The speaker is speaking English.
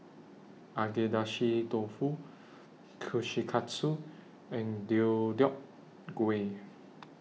Agedashi Dofu Kushikatsu and Deodeok Gui